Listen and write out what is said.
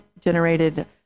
generated